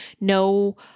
no